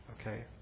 okay